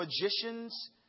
magicians